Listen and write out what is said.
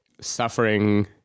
suffering